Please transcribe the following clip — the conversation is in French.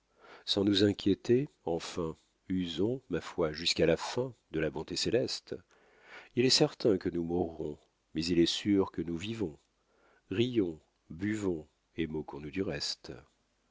sans nous inquiéter enfin usons ma foi jusqu'à la fin de la bonté céleste il est certain que nous mourrons mais il est sûr que nous vivons rions buvons et moquons nous du reste